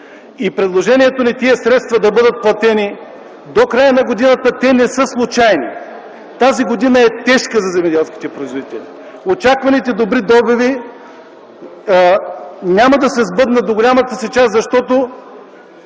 Предложението ни – тези средства да бъдат платени до края на годината, не са случайни. Тази година е тежка за земеделските производители. Очакваните добри добиви няма да се сбъднат в голямата си част, защото